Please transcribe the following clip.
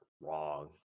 wrong